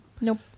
Nope